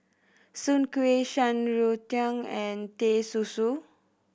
Soon Kuih Shan Rui Tang and Teh Susu